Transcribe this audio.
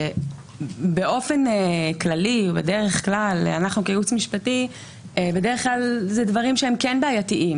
באופן כללי ובדרך כלל אנחנו כייעוץ משפטי זה דברים שהם כן בעייתיים.